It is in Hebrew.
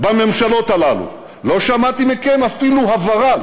בממשלות הללו לא שמעתי מכם אפילו הברה,